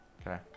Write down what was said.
Okay